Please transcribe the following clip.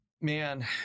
man